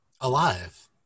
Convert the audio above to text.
Alive